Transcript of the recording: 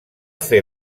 fer